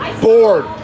Bored